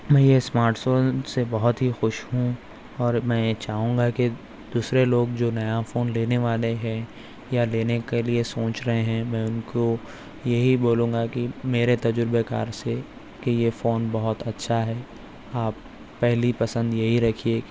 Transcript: میں یہ اسماٹ سے بہت ہی خوش ہوں اور میں چاہوں گا کہ دوسرے لوگ جو نیا فون لینے والے ہیں یا لینے کے لیے سوچ رہے ہیں میں اُن کو یہی بولوں گا کہ میرے تجربے کار سے کہ یہ فون بہت اچھا ہے آپ پہلی پسند یہی رکھیے